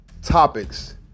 topics